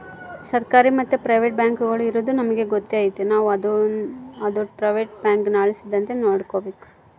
ಸರ್ಕಾರಿ ಮತ್ತೆ ಪ್ರೈವೇಟ್ ಬ್ಯಾಂಕುಗುಳು ಇರದು ನಮಿಗೆ ಗೊತ್ತೇ ಐತೆ ನಾವು ಅದೋಟು ಪ್ರೈವೇಟ್ ಬ್ಯಾಂಕುನ ಅಳಿಸದಂತೆ ನೋಡಿಕಾಬೇಕು